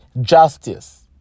justice